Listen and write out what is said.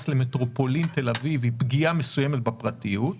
למטרופולין תל אביב היא פגיעה מסוימת בפרטיות.